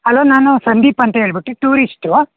hello ನಾನು ಸಂದೀಪ್ ಅಂತೇಳ್ಬಿಟ್ಟು tourist